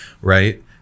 Right